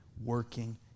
Working